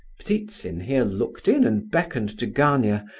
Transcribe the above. ptitsin here looked in and beckoned to gania,